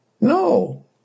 No